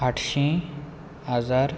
आठशीं हजार